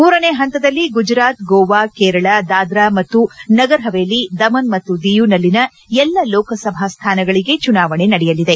ಮೂರನೆ ಪಂತದಲ್ಲಿ ಗುಜರಾತ್ ಗೋವಾ ಕೇರಳ ದಾದ್ರ ಮತ್ತು ನಗರ್ ಹವೇಲಿ ದಮನ್ ಮತ್ತು ದಿಯುದಲ್ಲಿನ ಎಲ್ಲಾ ಲೋಕಸಭಾ ಸ್ಥಾನಗಳಿಗೆ ಚುನಾವಣೆ ನಡೆಯಲಿದೆ